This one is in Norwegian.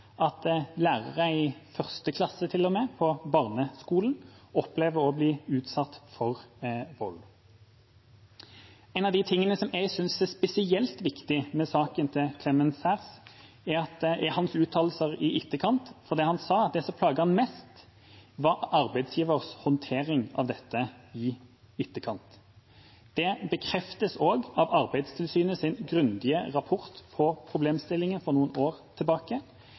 at lærere til og med i 1. klasse på barneskolen opplever å bli utsatt for vold. En av de tingene som jeg synes er spesielt viktig med saken til Clemens Saers, er hans uttalelser i etterkant. Det han sa, var at det som plaget ham mest, var arbeidsgivers håndtering av dette i etterkant. Det bekreftes også av Arbeidstilsynets grundige rapport om problemstillingen for noen år tilbake,